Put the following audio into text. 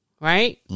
Right